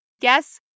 Guess